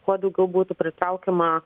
kuo daugiau būtų pritraukiama